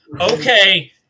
Okay